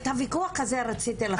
את הוויכוח הזה רציתי לחסוך.